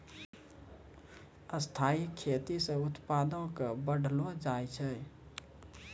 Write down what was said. स्थाइ खेती से उत्पादो क बढ़लो जाय छै